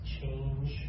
change